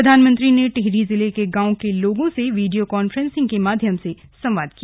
प्रधानमंत्री ने टिहरी जिले के गांव के लोगों से वीडियो काफ्रेंसिंग के माध्यम से संवाद किया